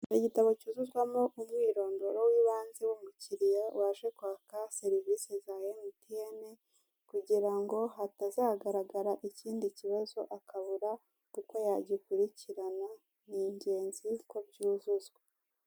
Igitabo cyuzuzwamo umwirondoro w'ibanze w'umukiliya waje kwaka serivise za Mtn, kugira ngo hatazagaragara ikindi kibazo akabura uko yagikurikirana, ni ingenzi ko byuzuzwa.